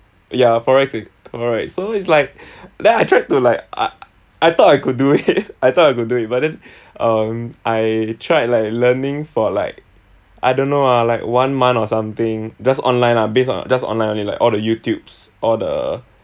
ya forex forex so it's like then I tried to like I I thought I could do it I thought I could do it but then um I tried like learning for like I don't know ah like one month or something just online ah based on just online only like all the youtubes all the